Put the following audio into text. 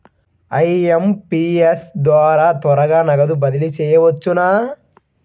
IMPS ద్వారా త్వరగా నగదు బదిలీ చేయవచ్చునా?